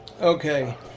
Okay